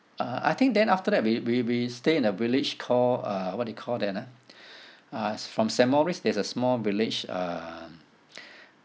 uh I think then after that we we we stay in a village called uh what they call that ah uh from saint maurice there's a small village um